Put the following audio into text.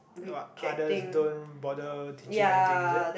what others don't bother teaching anything is it